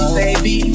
baby